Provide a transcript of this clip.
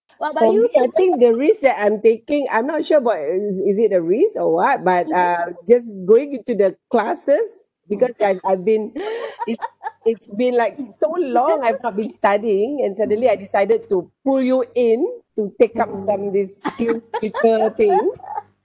for me I think the risk that I'm taking I'm not sure about is it a risk or what but uh just going into the classes because I've I've been it's it's been like so long I've not been studying and suddenly I decided to pull you in to take up some of this skills people thing